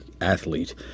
athlete